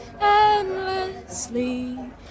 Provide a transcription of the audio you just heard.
endlessly